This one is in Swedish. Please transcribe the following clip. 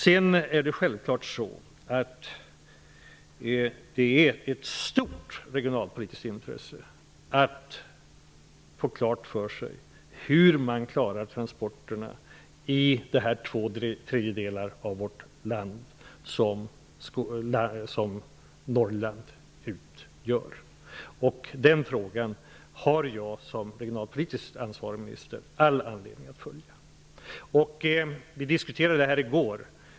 Det är självfallet så, att det är ett stort regionalpolitiskt intresse att få klart för sig hur man klarar transporterna i de två tredjedelar av vårt land som Norrland utgör. Den frågan har jag som regionalpolitiskt ansvarig minister all anledning att följa. Vi diskuterade denna fråga i går.